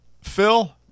Phil